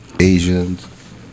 Asians